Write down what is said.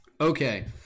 Okay